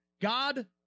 God